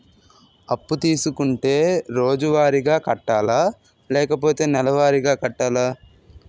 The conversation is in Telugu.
అప్పు తీసుకుంటే రోజువారిగా కట్టాలా? లేకపోతే నెలవారీగా కట్టాలా?